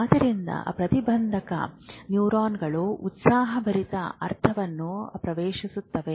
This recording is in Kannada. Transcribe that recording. ಆದ್ದರಿಂದ ಪ್ರತಿಬಂಧಕ ನ್ಯೂರಾನ್ಗಳು ಉತ್ಸಾಹಭರಿತ ಅರ್ಥವನ್ನು ಪ್ರವೇಶಿಸುತ್ತವೆ